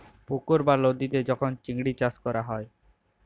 পুকুর বা লদীতে যখল চিংড়ি চাষ ক্যরা হ্যয়